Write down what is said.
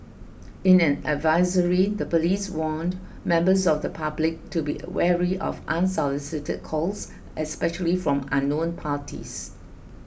in an advisory the police warned members of the public to be wary of unsolicited calls especially from unknown parties